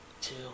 Two